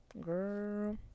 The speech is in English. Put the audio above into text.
Girl